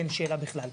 אין שאלה בכלל.